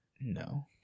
No